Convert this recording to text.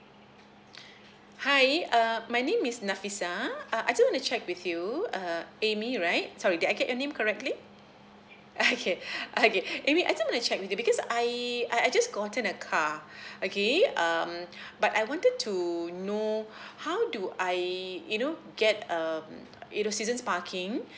hi uh my name is nafisah uh I just to check with you uh amy right sorry did I get your name correctly okay okay amy I just want to check with you because I I I just gotten a car okay um but I wanted to know how do I you know get um you know seasons parking